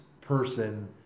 person